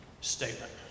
statement